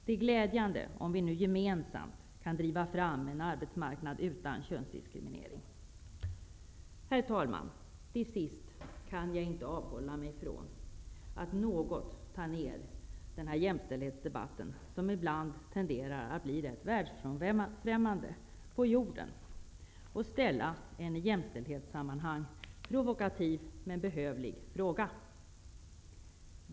Det är glädjande om vi nu gemensamt kan driva fram en arbetsmarknad utan könsdiskriminering. Herr talman! Till sist kan jag inte avhålla mig från att något ta ner den här jämställdhetsdebatten, som ibland tenderar att bli rätt världsfrämmande, på jorden och ställa en i jämställdhetssammanhang provokativ men behövlig fråga.